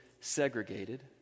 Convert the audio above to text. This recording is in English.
segregated